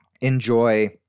enjoy